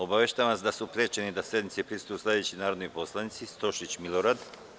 Obaveštavam vas da je sprečen da sednici prisustvuje sledeći narodni poslanik: Stošić Milorad.